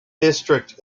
districts